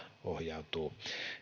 ohjautuvat